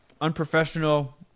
unprofessional